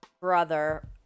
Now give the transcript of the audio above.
brother